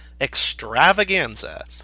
extravaganza